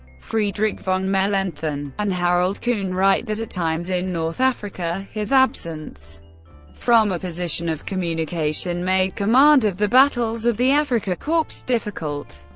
friedrich von mellenthin and harald kuhn write that at times in north africa his absence from a position of communication made command of the battles of the afrika korps difficult.